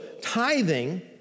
tithing